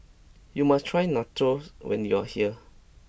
you must try Nachos when you are here